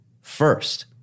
first